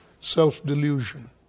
self-delusion